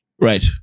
Right